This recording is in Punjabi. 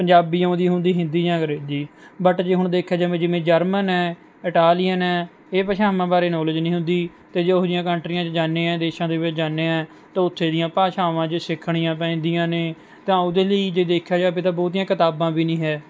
ਪੰਜਾਬੀ ਆਉਂਦੀ ਹੁੰਦੀ ਹਿੰਦੀ ਜਾਂ ਅੰਗਰੇਜ਼ੀ ਬਟ ਜੇ ਹੁਣ ਦੇਖਿਆ ਜਾਵੇ ਜਿਵੇਂ ਜਰਮਨ ਹੈ ਇਟਾਲੀਅਨ ਹੈ ਇਹ ਭਾਸ਼ਾਵਾਂ ਬਾਰੇ ਨੌਲੇਜ਼ ਨਹੀਂ ਹੁੰਦੀ ਅਤੇ ਜੇ ਉਹ ਜਿਹੀਆਂ ਕੰਨਟਰੀਆਂ 'ਚ ਜਾਂਦੇ ਹਾਂ ਦੇਸ਼ਾਂ ਦੇ ਵਿੱਚ ਜਾਂਦੇ ਹਾਂ ਤਾਂ ਉੱਥੇ ਦੀਆਂ ਭਾਸ਼ਾਵਾ ਜੇ ਸਿੱਖਣੀਆਂ ਪੈਂਦੀਆਂ ਨੇ ਤਾਂ ਉਹਦੇ ਲਈ ਜੇ ਦੇਖਿਆ ਜਾਵੇ ਤਾਂ ਬਹੁਤੀਆਂ ਕਿਤਾਬਾਂ ਵੀ ਨਹੀਂ ਹੈ